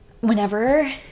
Whenever